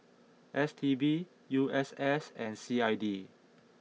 S T B U S S and C I D